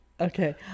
Okay